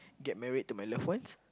get married to my loved ones